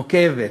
נוקבת,